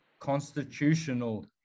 constitutional